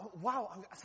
wow